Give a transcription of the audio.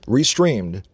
Restreamed